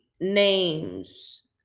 names